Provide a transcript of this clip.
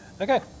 Okay